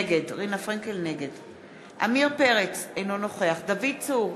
נגד עמיר פרץ, אינו נוכח דוד צור,